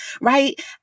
right